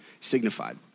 signified